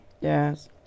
yes